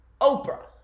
Oprah